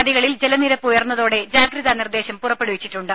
നദികളിൽ ജലനിരപ്പ് ഉയർന്നതോടെ ജാഗ്രതാ നിർദേശം പുറപ്പെടുവിപ്പിച്ചിട്ടുണ്ട്